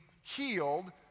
healed